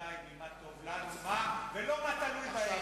לעמדותי ממה טוב לנו, וזה לא תלוי בהם.